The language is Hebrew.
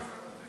התשע"ה 2015,